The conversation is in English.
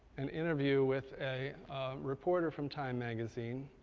an interview with a reporter from time magazine,